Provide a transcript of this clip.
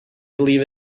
believe